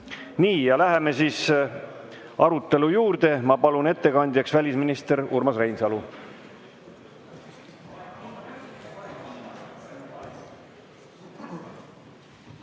Nii, läheme arutelu juurde. Ma palun ettekandjaks välisminister Urmas Reinsalu.